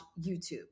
YouTube